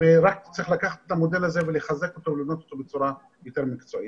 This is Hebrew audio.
רק שהדיווח הוא דרך הרשות.